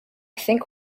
think